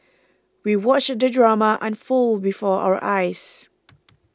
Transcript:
we watched the drama unfold before our eyes